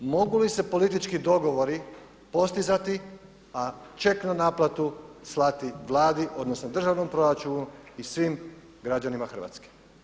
Mogu li se politički dogovori postizati, a ček na naplatu slati Vladi, odnosno državnom proračunu i svim građanima Hrvatske.